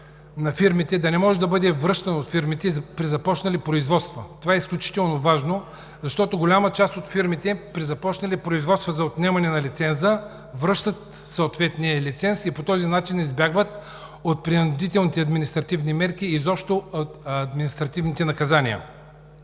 на фирмите, да не може да бъде връщан от фирмите при започнали производства. Това е изключително важно, защото голяма част от фирмите при започнали производства за отнемане на лиценза, връщат съответния лиценз и по този начин избягват принудителните административни мерки и изобщо административните наказания.